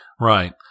Right